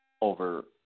over